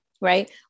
Right